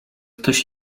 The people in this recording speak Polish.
ktoś